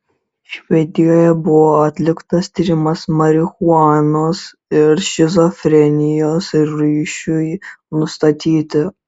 švedijoje buvo atliktas tyrimas marihuanos ir šizofrenijos ryšiui nustatyti